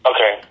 Okay